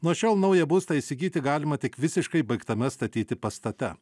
nuo šiol naują būstą įsigyti galima tik visiškai baigtame statyti pastate